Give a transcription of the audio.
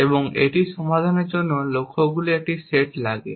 এবং এটি সমাধানের জন্য লক্ষ্যগুলির একটি সেট লাগে